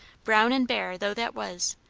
brown and bare though that was,